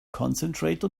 concentrate